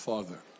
Father